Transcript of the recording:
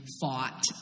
fought